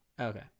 Okay